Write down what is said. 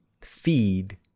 feed